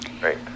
great